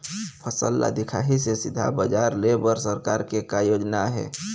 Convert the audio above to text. फसल ला दिखाही से सीधा बजार लेय बर सरकार के का योजना आहे?